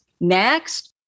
next